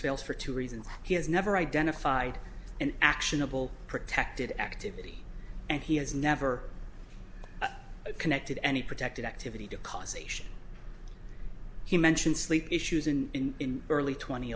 fails for two reasons he has never identified an actionable protected activity and he has never connected any protected activity to causation he mentioned sleep issues in early tw